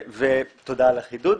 תודה על החידוד.